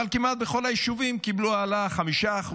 אבל כמעט בכל היישובים קיבלו העלאה של 5%,